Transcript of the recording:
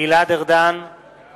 (קורא בשמות חברי הכנסת)